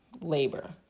labor